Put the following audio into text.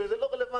שזה לא רלוונטי,